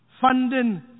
funding